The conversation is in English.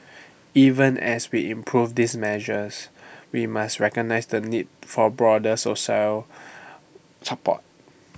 even as we improve these measures we must recognise the need for broader social support